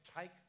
take